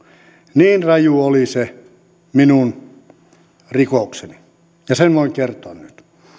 niin raju oli se minun rikokseni ja sen voin kertoa nyt